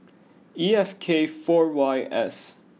E F K four Y S